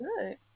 good